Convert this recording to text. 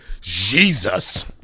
Jesus